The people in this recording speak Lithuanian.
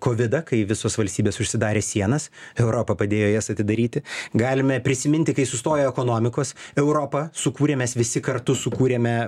kovidą kai visos valstybės užsidarė sienas europa padėjo jas atidaryti galime prisiminti kai sustojo ekonomikos europa su kuria mes visi kartu sukūrėme